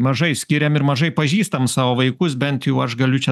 mažai skiriam ir mažai pažįstam savo vaikus bent jau aš galiu čia